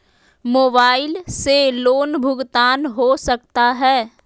Mobile से loan भुगतान हो सकता है?